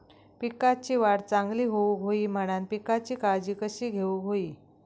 पिकाची वाढ चांगली होऊक होई म्हणान पिकाची काळजी कशी घेऊक होई?